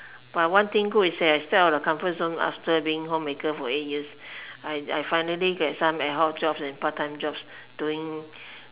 but one thing good is that I step out of the comfort zone after being homemaker for eight years I I finally get some ad-hoc jobs and part time jobs doing